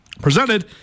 presented